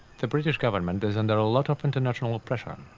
the british government is under a lot of international pressure.